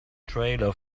trailer